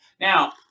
Now